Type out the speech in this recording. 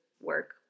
work